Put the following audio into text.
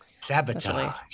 Sabotage